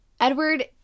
edward